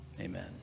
Amen